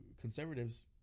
conservatives